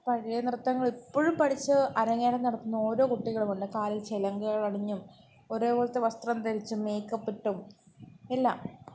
പഴയ നൃത്തങ്ങളിപ്പോഴും പഠിച്ച് അരങ്ങേറ്റം നടത്തുന്ന ഓരോ കുട്ടികളുമുണ്ട് കാലിൽ ചിലങ്കകളണിഞ്ഞും ഒരു പോലത്തെ വസ്ത്രം ധരിച്ചും മേക്കപ്പിട്ടും എല്ലാം